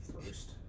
First